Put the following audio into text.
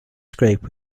scrape